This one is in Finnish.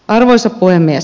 arvoisa puhemies